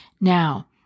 Now